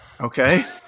Okay